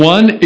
One